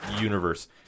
universe